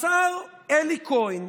השר אלי כהן,